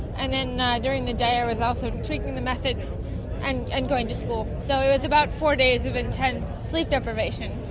and then during the day i was also tweaking the methods and and going to school. so it was about four days of intense sleep deprivation.